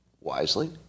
wisely